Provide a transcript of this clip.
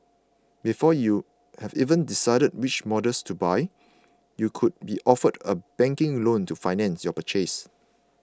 before you have even decided which models to buy you could be offered a banking loan to finance your purchase